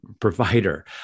provider